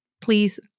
please